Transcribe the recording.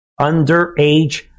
underage